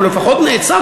אבל לפחות נעצר.